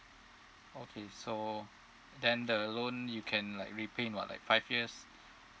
okay so then the loan you can like repay in [what] like five years